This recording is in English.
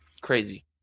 crazy